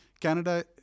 Canada